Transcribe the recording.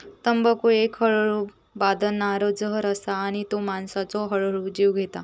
तंबाखू एक हळूहळू बादणारो जहर असा आणि तो माणसाचो हळूहळू जीव घेता